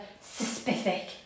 Specific